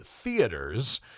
theaters